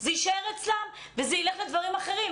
זה יישאר אצלם וילך לדברים אחרים.